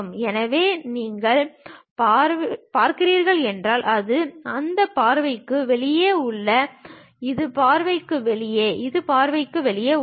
எனவே நீங்கள் பார்க்கிறீர்கள் என்றால் அது அந்த பார்வைக்கு வெளியே உள்ளது இது பார்வைக்கு வெளியே இது பார்வைக்கு வெளியே உள்ளது